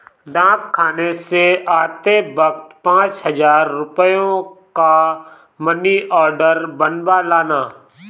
डाकखाने से आते वक्त पाँच हजार रुपयों का मनी आर्डर बनवा लाना